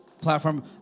platform